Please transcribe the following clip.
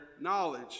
knowledge